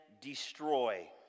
destroy